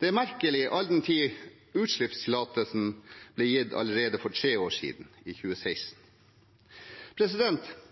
Det er merkelig all den tid utslippstillatelsen ble gitt allerede for tre år siden, i 2016.